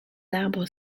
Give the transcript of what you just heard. arbres